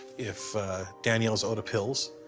if danielle is out of pills,